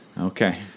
Okay